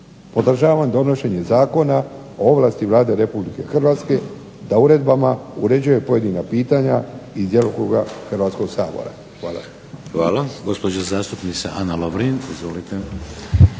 podržavam donošenje Zakona o ovlasti Republike Hrvatske da uredbama uređuje pojedina pitanja iz djelokruga Hrvatskog sabora. Hvala. **Šeks, Vladimir (HDZ)** Hvala. Gospođa zastupnica Ana Lovrin. Izvolite.